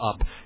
Up